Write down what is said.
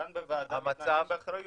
כאן בוועדה יש אחריות.